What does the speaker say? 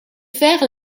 faire